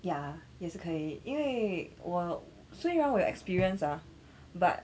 ya 也是可以因为我虽然我有 experience ah but